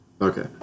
Okay